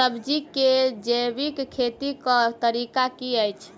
सब्जी केँ जैविक खेती कऽ तरीका की अछि?